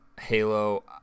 Halo